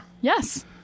Yes